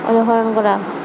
অনুসৰণ কৰা